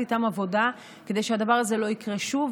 איתם עבודה כדי שהדבר הזה לא יקרה שוב.